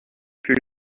plus